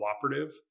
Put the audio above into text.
cooperative